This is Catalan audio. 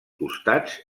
costats